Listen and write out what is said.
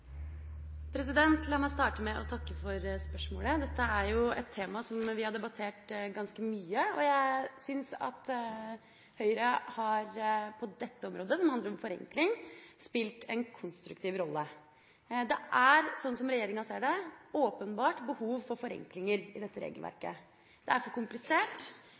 La meg starte med å takke for spørsmålet. Dette er jo et tema som vi har debattert ganske mye, og jeg syns at Høyre på dette området, som handler om forenkling, har spilt en konstruktiv rolle. Det er, slik som regjeringa ser det, åpenbart behov for forenklinger i dette regelverket. Det er for komplisert,